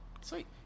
Sweet